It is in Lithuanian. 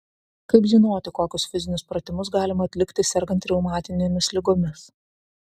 kaip žinoti kokius fizinius pratimus galima atlikti sergant reumatinėmis ligomis